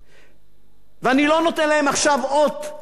ואני לא נותן להם עכשיו אות של צדיקים,